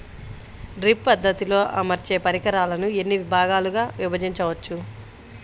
Drip పద్ధతిలో అమర్చే పరికరాలను ఎన్ని భాగాలుగా విభజించవచ్చు?